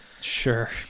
sure